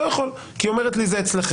לא יכול כי היא תגיד שזה אצלכם.